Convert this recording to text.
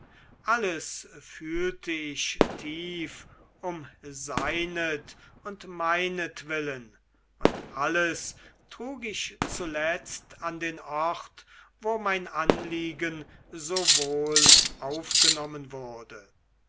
alles fühlte ich tief um seinet und meinetwillen und alles trug ich zuletzt an den ort wo mein anliegen so wohl aufgenommen wurde